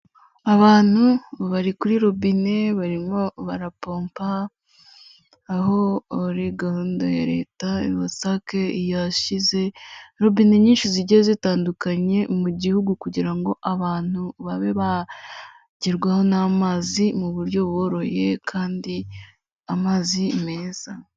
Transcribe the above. Abantu bari kuri robine barimo barapompa, aho hari gahunda ya Leta, WASAC yashyize robine nyinshi zigiye zitandukanye mu gihugu kugira ngo abantu babe bagerwaho n'amazi mu buryo buboroheye kandi amazi meza.